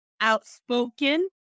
outspoken